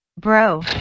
bro